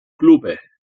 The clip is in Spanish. clubes